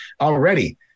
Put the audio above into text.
already